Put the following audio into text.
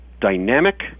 dynamic